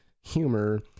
humor